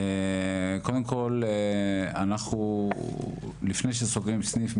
קודם כל, אנחנו לפני שסוגרים סניף,